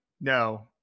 no